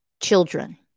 children